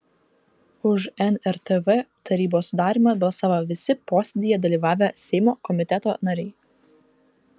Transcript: už nrtv tarybos sudarymą balsavo visi posėdyje dalyvavę seimo komiteto nariai